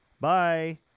Bye